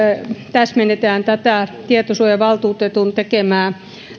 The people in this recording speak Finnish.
täsmennetään tietosuojavaltuutetun tekemää